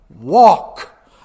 walk